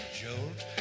jolt